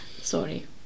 Sorry